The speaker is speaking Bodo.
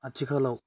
आथिखालाव